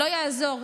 לא יעזור.